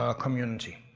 ah community.